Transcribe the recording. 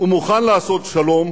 ומוכן לעשות שלום